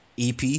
EP